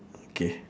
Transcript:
okay